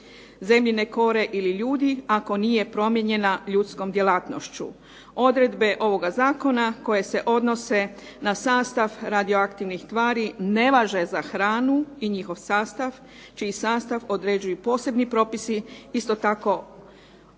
zemljine kore ili ljudi ako nije promijenjena ljudskom djelatnošću. Odredbe ovoga zakona koje se odnose na sastav radioaktivnih tvari ne važe za hranu i njihov sastav, čiji sastav određuju posebni propisi. Isto tako